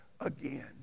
again